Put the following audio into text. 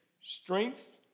strength